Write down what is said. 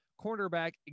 cornerback